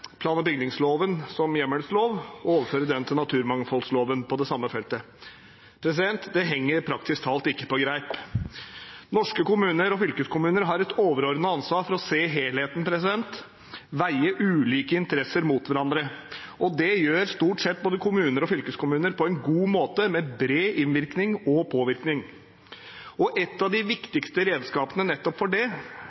plan- og bygningsloven som hjemmelslov og overføre den til naturmangfoldloven på det samme feltet. Det henger praktisk talt ikke på greip. Norske kommuner og fylkeskommuner har et overordnet ansvar for å se helheten, veie ulike interesser mot hverandre, og det gjør stort sett både kommuner og fylkeskommuner på en god måte, med bred innvirkning og påvirkning. Et av de